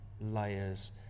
layers